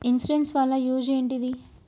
Insurance వాళ్ల use ఏంటిది?